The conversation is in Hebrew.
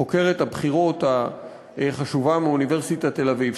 חוקרת הבחירות החשובה מאוניברסיטת תל-אביב,